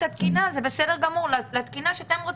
התקינה - זה בסדר גמור - לתקינה שאתם רוצים.